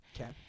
Okay